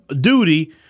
duty